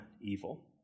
evil